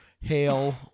Hail